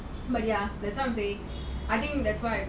but ya that's why I'm saying I think that's why